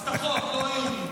הבטחות, לא איומים.